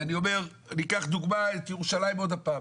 וניקח דוגמה את ירושלים שוב,